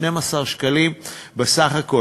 ל-12 שקלים בסך הכול.